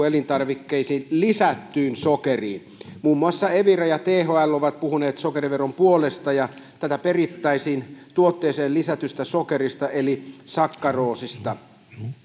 elintarvikkeisiin lisättyyn sokeriin muun muassa evira ja thl ovat puhuneet sokeriveron puolesta ja tätä perittäisiin tuotteeseen lisätystä sokerista eli sakkaroosista